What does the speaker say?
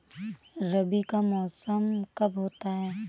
रबी का मौसम कब होता हैं?